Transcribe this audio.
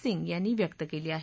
सिंह यांनी व्यक्त केली आहे